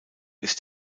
ist